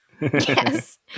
Yes